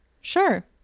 Sure